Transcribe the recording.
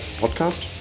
Podcast